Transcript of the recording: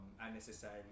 unnecessary